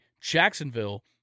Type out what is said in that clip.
Jacksonville